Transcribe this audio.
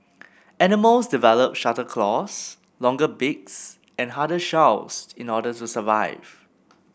animals develop sharper claws longer beaks and harder shells in order to survive